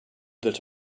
that